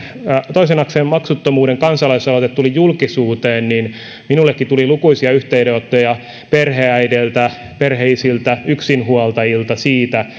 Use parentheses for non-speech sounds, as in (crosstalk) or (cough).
toisen asteen maksuttomuuden kansalaisaloite tuli julkisuuteen minullekin tuli lukuisia yhteydenottoja perheenäideiltä perheenisiltä yksinhuoltajilta siitä (unintelligible)